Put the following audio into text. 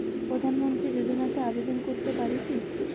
প্রধানমন্ত্রী যোজনাতে আবেদন করতে পারি কি?